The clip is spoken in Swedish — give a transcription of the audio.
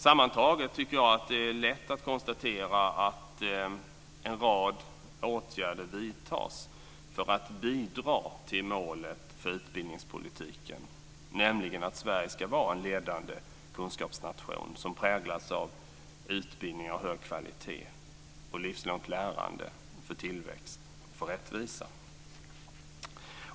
Sammantaget tycker jag att det är lätt att konstatera att en rad åtgärder vidtas för att bidra till att nå målet för utbildningspolitiken, nämligen att Sverige ska vara en ledande kunskapsnation som präglas av utbildning av hög kvalitet och livslångt lärande för tillväxt och rättvisa.